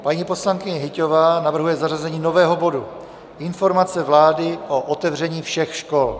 Paní poslankyně Hyťhová navrhuje zařazení nového bodu Informace vlády o otevření všech škol.